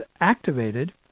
activated